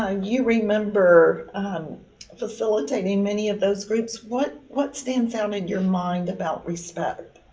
ah you remember facilitating many of those groups. what what stands out in your mind about respect?